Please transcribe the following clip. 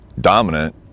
dominant